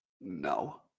No